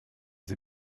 sie